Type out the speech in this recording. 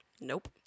Nope